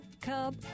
cub